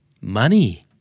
Money